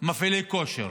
מפעילי כושר,